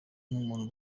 nk’umuntu